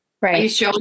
Right